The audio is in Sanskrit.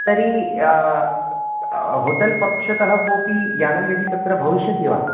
तर्हि होटेल् पक्षतः कोपि यानं यदि तत्र भविष्यति वा